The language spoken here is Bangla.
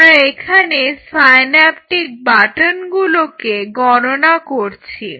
আমরা এখানে সাইন্যাপটিক বাটনগুলোকে গণনা করছি